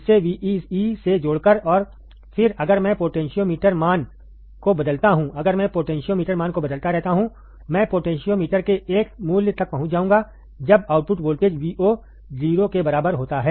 इसे VEE से जोड़कर और फिर अगर मैं पोटेंशियोमीटर मान को बदलता हूं अगर मैं पोटेंशियोमीटर मान को बदलता रहता हूं मैं पोटेंशियोमीटर के एक मूल्य तक पहुंच जाऊंगा जब आउटपुट वोल्टेज Vo 0 के बराबर होता है